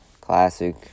classic